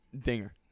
Dinger